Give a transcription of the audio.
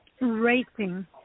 Racing